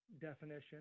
definition